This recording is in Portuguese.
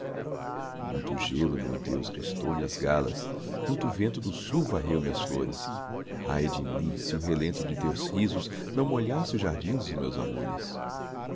muito gelo meu deus crestou me as galas muito vento do sul varreu me as flores ai de mim se o relento de teus risos não molhasse o jardim dos meus amores